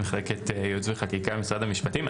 ממחלקת ייעוץ וחקיקה, משרד המשפטים.